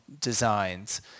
designs